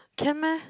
can meh